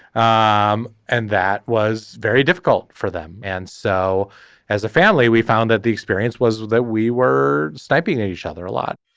um and that was very difficult for them. and so as a family we found that the experience was that we were sniping at each other a lot.